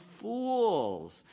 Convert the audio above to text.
fools